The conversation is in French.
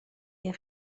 est